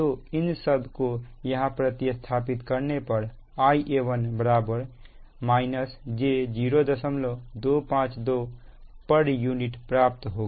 तो इन सबको यहां प्रति स्थापित करने पर Ia1 j0252 pu प्राप्त होगा